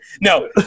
No